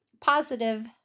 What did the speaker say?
positive